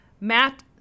Matt